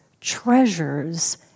treasures